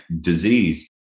disease